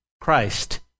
Christ